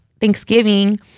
Thanksgiving